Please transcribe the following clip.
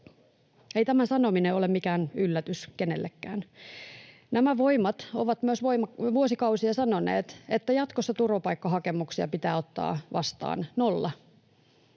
Ei tämän sanominen ole mikään yllätys kenellekään. Nämä voimat ovat myös vuosikausia sanoneet, että jatkossa turvapaikkahakemuksia pitää ottaa vastaan nolla.